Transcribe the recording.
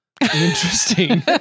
Interesting